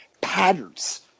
patterns